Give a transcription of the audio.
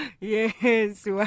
Yes